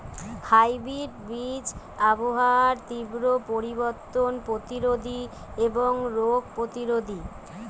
hybrid বীজ আবহাওয়ার তীব্র পরিবর্তন প্রতিরোধী এবং রোগ প্রতিরোধী